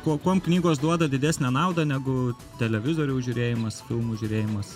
ko kuom knygos duoda didesnę naudą negu televizoriaus žiūrėjimas filmų žiūrėjimas